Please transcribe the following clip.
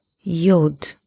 Yod